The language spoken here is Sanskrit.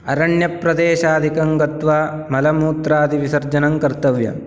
अरण्यप्रदेशादिकं गत्वा मलमूत्रादिविसर्जनं कर्तव्यं